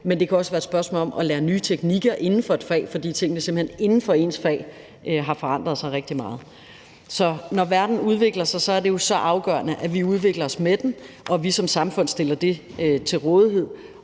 men det kan også være et spørgsmål om at lære nye teknikker inden for et fag, fordi tingene simpelt hen inden for ens fag har forandret sig rigtig meget. Så når verden udvikler sig, er det jo afgørende, at vi udvikler os med den og vi som samfund stiller det til rådighed,